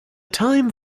time